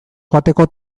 joateko